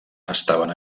estaven